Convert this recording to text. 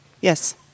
Yes